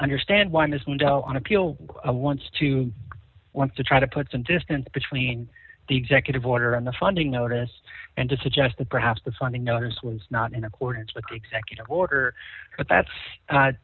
understand why this window on appeal wants to want to try to put some distance between the executive order and the funding notice and to suggest that perhaps the funding notice was not in accordance with the executive order but that's